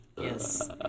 Yes